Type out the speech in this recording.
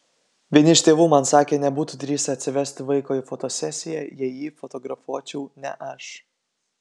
vieni iš tėvų man sakė nebūtų drįsę atsivesti vaiko į fotosesiją jei jį fotografuočiau ne aš